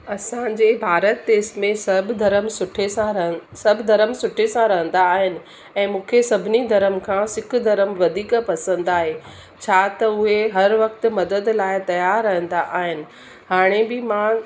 असांजे भारत देस में सभु धर्म सुठे सां रहनि सभु धर्म सुठे सां रहंदा आहिनि ऐं मूंखे सभिनी धर्म खां सिख धर्म वधीक पसंदि आहे छा त उहे हर वक़्त मदद लाइ तयारु रहंदा आहिनि हाणे बि मां